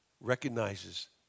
recognizes